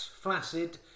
flaccid